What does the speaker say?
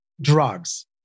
drugs